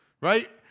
right